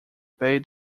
bay